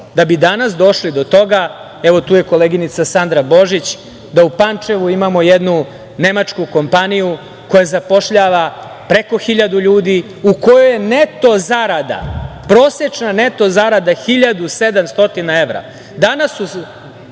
da bi danas došli do toga, evo tu je koleginica Sandra Božić, da u Pančevu imamo jednu nemačku kompaniju koja zapošljava preko hiljadu ljudi, u kojoj je neto zarada, prosečna neto zarada 1.700 evra.(Sandra